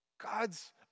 God's